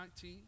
19